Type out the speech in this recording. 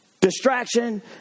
distraction